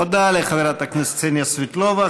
תודה לחברת הכנסת קסניה סבטלובה.